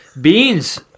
beans